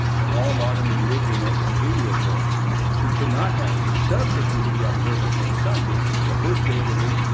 that all modern religionists agree with her she could not have substituted the observance of sunday the first day of the week,